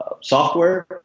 software